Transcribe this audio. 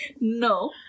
No